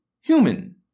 human